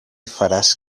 faràs